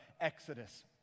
Exodus